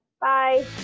bye